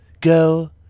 go